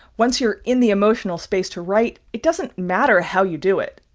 once you're in the emotional space to write, it doesn't matter how you do it.